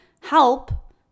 help